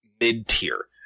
mid-tier